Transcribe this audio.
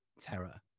terror